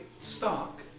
stock